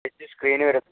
touch screen വരും